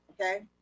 okay